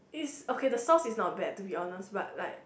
is okay the sauce is not bad to be honest but like